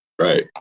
Right